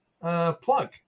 plug